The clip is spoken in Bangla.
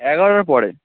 এগারোটার পরে